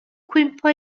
cwympo